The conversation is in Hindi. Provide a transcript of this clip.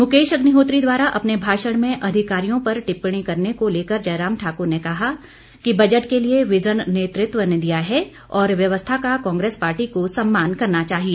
मुकेश अग्निहोत्री द्वारा अपने भाषण में अधिकारियों पर टिप्पणी करने को लेकर जयराम ठाकुर ने कहा कि बजट के लिए विजन नेतृत्व ने दिया है और व्यवस्था का कांग्रेस पार्टी को सम्मान करना चाहिए